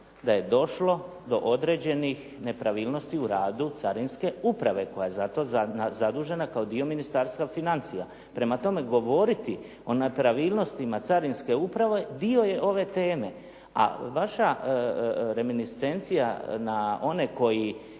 da je došlo do određenih nepravilnosti u radu carinske uprave koja je za to zadužena kao dio Ministarstva financija. Prema tome govoriti o nepravilnostima carinske uprave dio je ove teme. A vaša reminiscencija na one koji